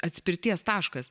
atspirties taškas